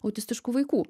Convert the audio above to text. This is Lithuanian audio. autistiškų vaikų